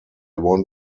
want